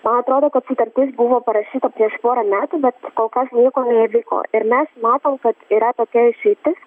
man atrodo kad sutartis buvo parašyta prieš porą metų bet kol kas nieko neįvyko ir mes matom kad yra tokia išeitis